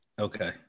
Okay